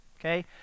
okay